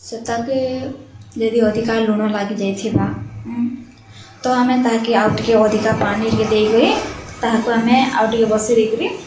ସେଟାକେ ଯଦି ଅଧିକା ଲୁଣ ଲାଗିଯାଇଥିବା ତ ଆମେ ତାହାକେ ଆଉ ଟିକେ ଅଧିକା ପାନି ଦେଇକରି ତାହାକୁ ଆମେ ଆଉ ଟିକେ ବସେଇ ଦେଇକରି